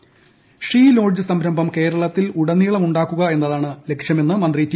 Ramakrishnan she lodge സംരംഭം കേരളത്തിലുടനീളമുണ്ടാക്കുക എന്നതാണ് ലക്ഷ്യമെന്ന് മന്ത്രി ടി